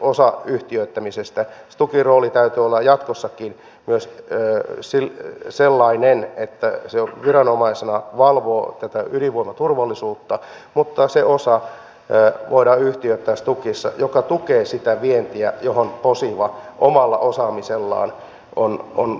stukin roolin täytyy olla jatkossakin myös sellainen että se viranomaisena valvoo tätä ydinvoiman turvallisuutta mutta se osa voidaan yhtiöittää stukista joka tukee sitä vientiä johon posiva omalla osaamisellaan on lähtenyt